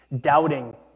doubting